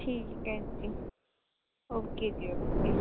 ਠੀਕ ਹੈ ਜੀ ਓਕੇ ਜੀ ਓਕੇ